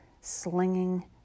slinging